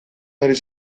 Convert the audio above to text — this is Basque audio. ari